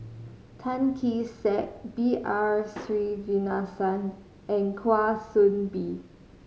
Tan Kee Sek B R Sreenivasan and Kwa Soon Bee